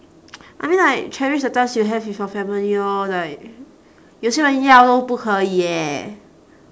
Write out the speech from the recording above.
I mean like cherish the times you have with your family lor like you say